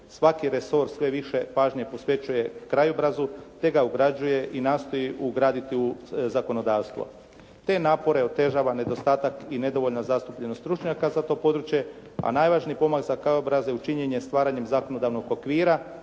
Svaki resurs sve više pažnje posvećuje krajobrazu te ga ugrađuje i nastoji ugraditi u zakonodavstvo. Te napore otežava nedostatak i nedovoljna zastupljenost stručnjaka za to područje, a najvažniji pomak za krajobraze učinjen je stvaranjem zakonodavnog okvira